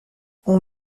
ont